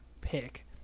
pick